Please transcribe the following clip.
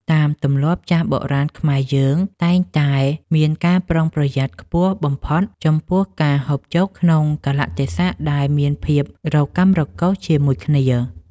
តាមទម្លាប់ចាស់បុរាណខ្មែរយើងតែងតែមានការប្រុងប្រយ័ត្នខ្ពស់បំផុតចំពោះការហូបចុកក្នុងកាលៈទេសៈដែលមានភាពរកាំរកូសជាមួយគ្នា។